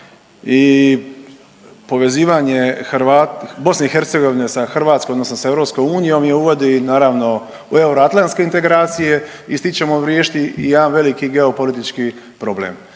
I povezivanje BiH sa Hrvatskom odnosno sa EU je uvodi naravno u euroatlanske integracije …/Govornik se ne razumije./… i jedan veliki geopolitički problem.